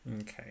Okay